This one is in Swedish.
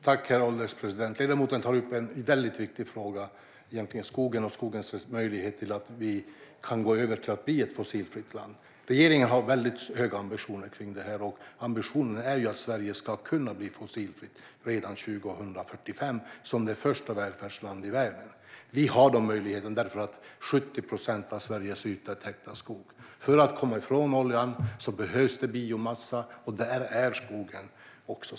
Herr ålderspresident! Ledamoten tar upp en väldigt viktig fråga, nämligen skogen med dess möjlighet för oss att bli ett fossilfritt land. Regeringen har väldigt höga ambitioner kring detta. Ambitionen är att Sverige, som första välfärdsland i världen, ska kunna bli fossilfritt redan 2045. Vi har den möjligheten, eftersom 70 procent av Sveriges yta är täckt av skog. För att komma ifrån oljan behövs det biomassa, och där är skogen central.